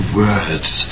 words